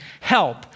help